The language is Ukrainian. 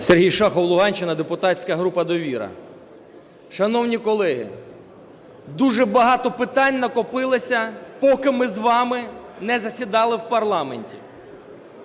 Сергій Шахов, Луганщина, депутатська група "Довіра". Шановні колеги, дуже багато питань накопилося, поки ми з вами не засідали в парламенті.